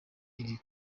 iri